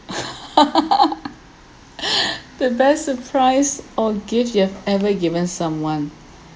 the best surprise or gift you have ever given someone